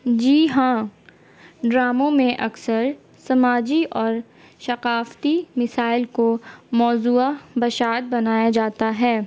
جی ہاں ڈراموں میں اکثر سماجی اور ثقافتی مسائل کو موضوع بحث بنایا جاتا ہے